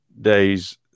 days